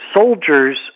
Soldiers